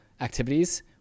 activities